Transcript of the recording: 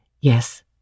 Yes